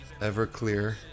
Everclear